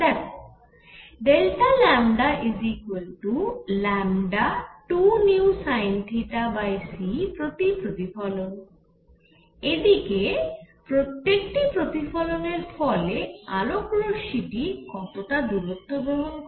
দেখো Δλλ2vsinθc প্রতি প্রতিফলন এদিকে প্রত্যেকটি প্রতিফলনের ফলে আলোক রশ্মি টি কতটা দূরত্ব ভ্রমণ করে